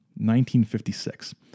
1956